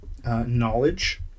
Knowledge